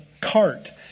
cart